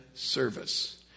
Service